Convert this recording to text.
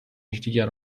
یکدیگر